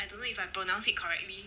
I don't know if I pronounce it correctly